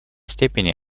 степени